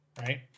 right